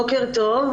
בוקר טוב.